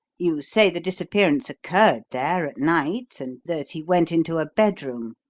you say the disappearance occurred there, at night, and that he went into a bedroom.